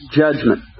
judgment